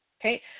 Okay